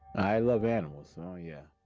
i love animals, so yeah.